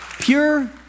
Pure